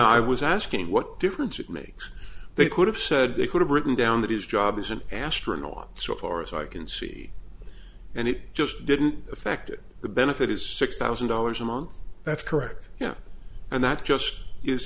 i was asking what difference it makes they could have said they could have written down that his job as an astronaut so far as i can see and it just didn't affect the benefit is six thousand dollars a month that's correct yeah and that's just